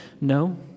No